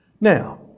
Now